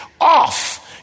off